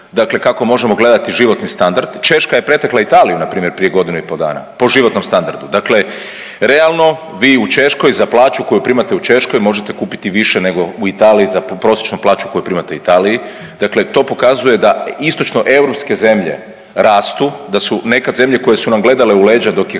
dakle kako možemo gledati životni standard, Češka je pretekla Italiju npr. prije godinu i po dana po životnom standardu, dakle realno vi u Češkoj za plaću koju primate u Češkoj možete kupiti više nego u Italiji za prosječnu plaću koju primate u Italiji. Dakle to pokazuje da istočnoeuropske zemlje rastu, da su nekad zemlje koje su nam gledale u leđa dok je